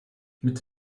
mit